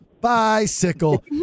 Bicycle